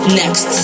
next